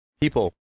People